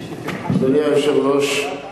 אדוני היושב-ראש,